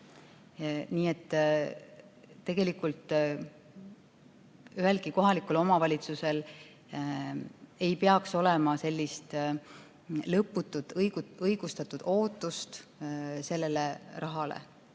Nii et tegelikult ühelgi kohalikul omavalitsusel ei tohiks olla lõputut õigustatud ootust selle raha